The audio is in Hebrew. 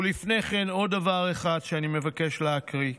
ולפני כן עוד דבר אחד שאני מבקש להקריא: